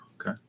Okay